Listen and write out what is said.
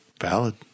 Valid